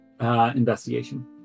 Investigation